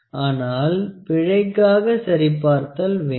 ஆனால் பிழைக்காக சரிபார்த்தல் வேண்டும்